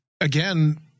again